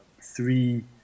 three